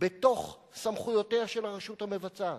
בתוך סמכויותיה של הרשות המבצעת,